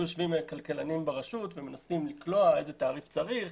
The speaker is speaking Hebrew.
יושבים כלכלנים ברשות ומנסים לקלוע איזה תעריף צריך.